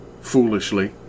foolishly